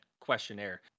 questionnaire